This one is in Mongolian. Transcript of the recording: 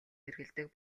хэрэглэдэг